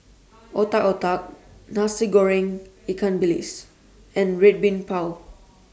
Otak Otak Nasi Goreng Ikan Bilis and Red Bean Bao